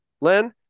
Len